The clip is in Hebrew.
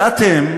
ואתם,